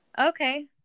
Okay